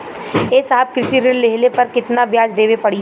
ए साहब कृषि ऋण लेहले पर कितना ब्याज देवे पणी?